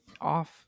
off